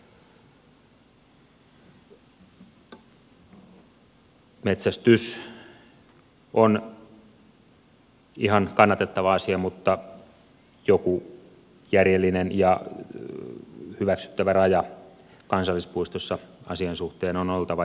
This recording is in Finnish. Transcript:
metsästys on ihan kannatettava asia mutta joku järjellinen ja hyväksyttävä raja kansallispuistossa asian suhteen on oltava